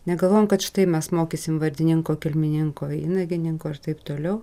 negalvojam kad štai mes mokysim vartininko kilmininko įnagininko ir taip toliau